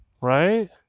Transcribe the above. Right